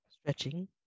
stretching